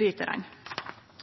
gitt